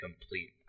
complete